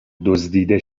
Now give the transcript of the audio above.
دزدیده